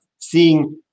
seeing